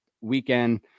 weekend